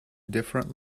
different